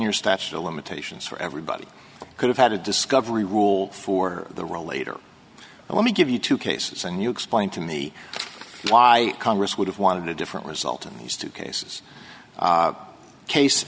year statute of limitations for everybody could have had a discovery rule for the rollator and let me give you two cases and you explain to me why congress would have wanted a different result in these two cases case